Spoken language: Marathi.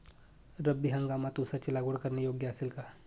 रब्बी हंगामात ऊसाची लागवड करणे योग्य असेल का?